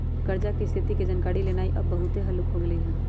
कर्जा की स्थिति के जानकारी लेनाइ अब बहुते हल्लूक हो गेल हइ